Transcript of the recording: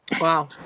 Wow